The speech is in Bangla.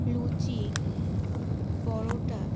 লুচি পরোটা